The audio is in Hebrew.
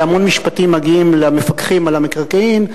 והמון משפטים מגיעים למפקחים על המקרקעין,